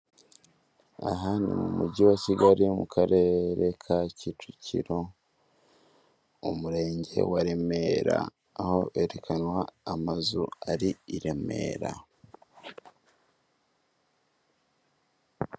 Aha ni mu mujyi wa Kigali mu karere ka Kicukiro umurenge wa remera aho herekanwa amazu ari i Remera.